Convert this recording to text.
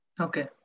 Okay